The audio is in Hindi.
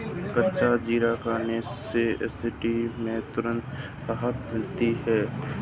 कच्चा जीरा खाने से एसिडिटी में तुरंत राहत मिलती है